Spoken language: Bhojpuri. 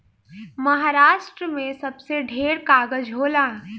महारास्ट्र मे सबसे ढेर कागज़ होला